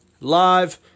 live